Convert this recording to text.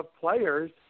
players